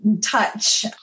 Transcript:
touch